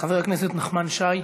חבר הכנסת נחמן שי,